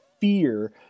fear